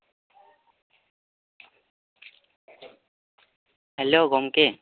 hello ᱜᱚᱝᱠᱮ